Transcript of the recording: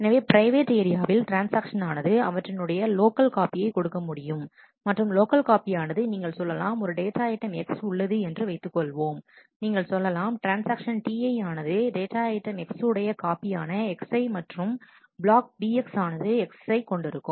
எனவே பிரைவேட் ஏரியாவில் ட்ரான்ஸ்ஆக்ஷன் ஆனது அவற்றினுடைய லோக்கல் காப்பியை கொடுக்க முடியும் மற்றும் லோக்கல் காப்பி ஆனது நீங்கள் சொல்லலாம் ஒரு டேட்டாஐட்டம் X உள்ளது என்று வைத்துக்கொள்வோம் நீங்கள் சொல்லலாம் ட்ரான்ஸ்ஆக்ஷன் Ti ஆனது டேட்டாஐட்டம் X உடைய காப்பி ஆன xi மற்றும் பிளாக் Bx ஆனது X கொண்டு இருக்கும்